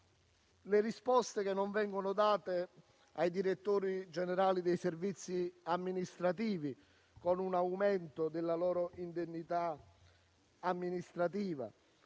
risposta ai direttori generali dei servizi amministrativi, con un aumento della loro indennità amministrativa.